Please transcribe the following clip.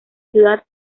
ciudad